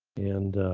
and.